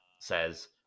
says